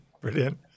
brilliant